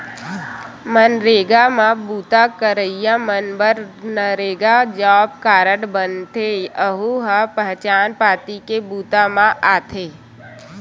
मनरेगा म बूता करइया मन बर नरेगा जॉब कारड बनथे, यहूं ह पहचान पाती के बूता म आथे